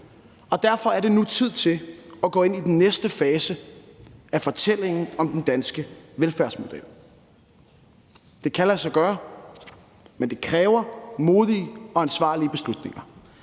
Derfor er det nu tid til at gå ind i den næste fase af fortællingen om den danske velfærdsmodel. Det kan lade sig gøre, men det kræver modige og ansvarlige beslutninger,